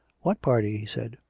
what party? he said.